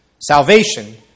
Salvation